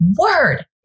word